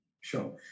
Sure